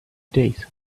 days